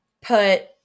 put